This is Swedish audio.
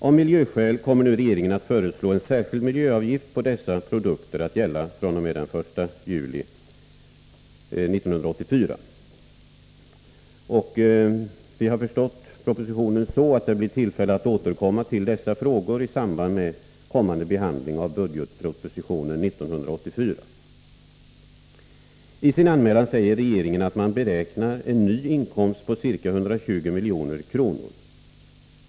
Av miljöskäl kommer nu regeringen att föreslå en särskild miljöavgift på dessa produkter att gälla fr.o.m. den 1 juli 1984. Vi har förstått propositionen så, att det blir tillfälle att återkomma till dessa frågor i samband med kommande behandling av budgetpropositionen 1984. I sin anmälan säger regeringen att man beräknar en ny inkomst på ca 120 milj.kr.